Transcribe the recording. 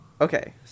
okay